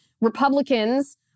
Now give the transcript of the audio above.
Republicans